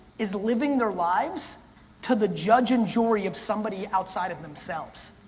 is living their lives to the judge and jury of somebody outside of themselves.